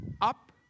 up